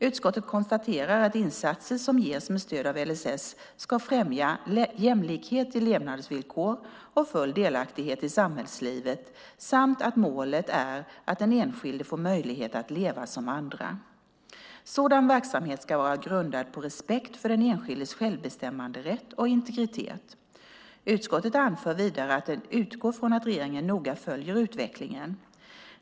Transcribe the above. Utskottet konstaterar att insatser som ges med stöd av LSS ska främja jämlikhet i levnadsvillkor och full delaktighet i samhällslivet samt att målet är att den enskilde får möjlighet att leva som andra. Sådan verksamhet ska vara grundad på respekt för den enskildes självbestämmanderätt och integritet. Utskottet anför vidare att det utgår från att regeringen noga följer utvecklingen.